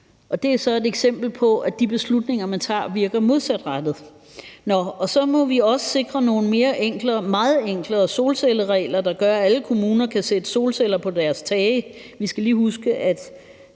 Det er så et eksempel på, at de beslutninger, man tager, virker modsatrettede. Så må vi også sikre nogle meget enklere solcelleregler, der gør, at alle kommuner kan sætte solceller på deres tage. Vi skal lige huske, at